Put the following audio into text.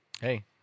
hey